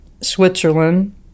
Switzerland